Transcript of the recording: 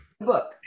Book